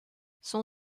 son